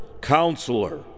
Counselor